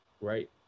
right